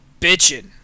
bitching